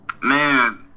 Man